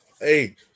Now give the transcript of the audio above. hey